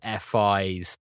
FIs